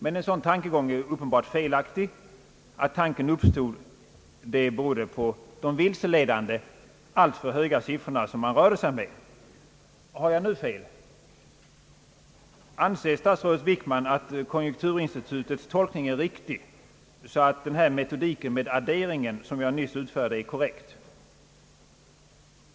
Men en sådan tankegång är uppenbart felaktig — att tanken uppstod berodde på de vilseledande alltför höga siffror som man rörde sig med. Har jag nu fel? Anser statsrådet Wickman att konjunkturinstitutets tolkning är riktig, så att metodiken med adderingen, som jag nyss utförde, är korrekt?